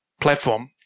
platform